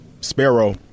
Sparrow